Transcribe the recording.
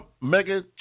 mega